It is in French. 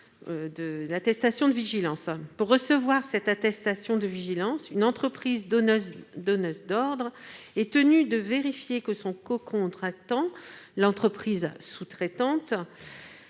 Pour recevoir l'attestation de vigilance, une entreprise donneuse d'ordres est tenue de vérifier que son cocontractant- l'entreprise sous-traitante